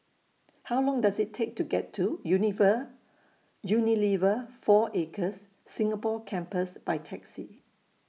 How Long Does IT Take to get to Unilever four Acres Singapore Campus By Taxi